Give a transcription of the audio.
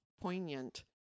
poignant